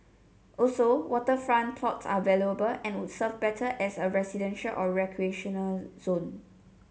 also waterfront plots are valuable and would serve better as a residential or recreational zone